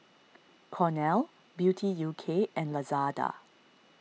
Cornell Beauty U K and Lazada